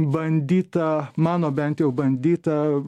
bandyta mano bent jau bandyta